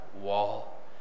wall